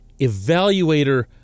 evaluator